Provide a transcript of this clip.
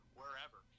wherever